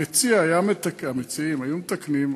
המציעים היו מתקנים,